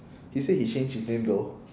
he said he changed his name though